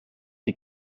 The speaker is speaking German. die